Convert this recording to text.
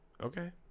Okay